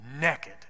naked